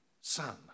Son